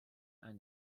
and